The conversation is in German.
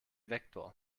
vektor